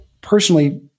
personally